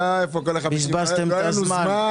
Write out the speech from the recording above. בזבזתם את הזמן.